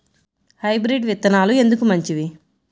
Hybrid విత్తనాలు ఎందుకు మంచివి?